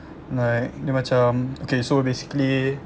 like dia macam um okay so basically